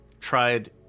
tried